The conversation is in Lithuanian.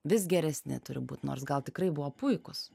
vis geresni turi būt nors gal tikrai buvo puikūs